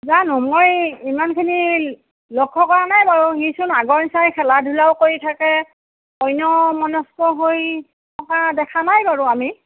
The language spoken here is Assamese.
জানো মই ইমানখিনি লক্ষ্য কৰা নাই বাৰু সিচোন আগৰ নিচিনাই খেলা ধূলাও কৰি থাকে অন্যমনস্ক হৈ কৰা দেখা নাই বাৰু আমি